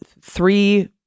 three